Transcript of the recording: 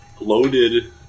loaded